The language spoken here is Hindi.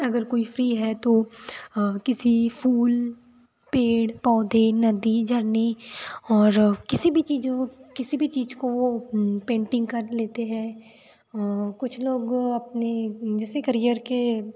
अगर कोई फ्री है तो किसी फूल पेड़ पौधे नदी झरने और किसी भी चीज़ों किसी भी चीज़ को वो पेंटिंग कर लेते हैं कुछ लोग अपने जैसे करियर के